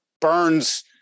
burns